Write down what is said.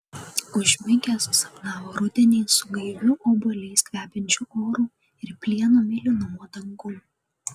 užmigęs sapnavo rudenį su gaiviu obuoliais kvepiančiu oru ir plieno mėlynumo dangum